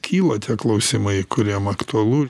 kyla tie klausimai kuriem aktualu